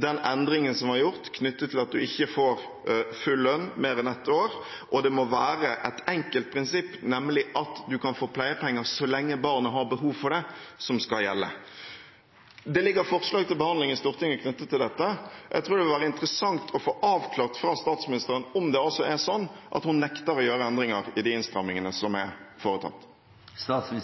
den endringen som ble gjort, knyttet til at en ikke får full lønn i mer enn ett år. Det må være et enkelt prinsipp, nemlig at en kan få pleiepenger så lenge barnet har behov for det, som skal gjelde. Det ligger forslag til behandling i Stortinget om dette. Jeg tror det vil være interessant å få avklart fra statsministeren om det er sånn at hun nekter å gjøre endringer i de innstrammingene som er foretatt. Først